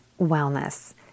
wellness